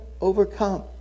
overcome